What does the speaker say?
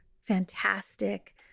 fantastic